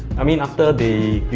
i mean after they